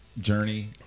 journey